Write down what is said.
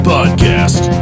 Podcast